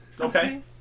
Okay